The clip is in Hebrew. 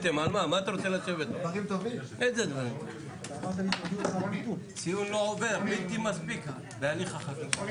אתחיל בזה שאני אגיד שחלק מהסיבה שיש כאן מחלוקת